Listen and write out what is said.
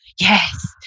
Yes